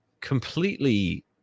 completely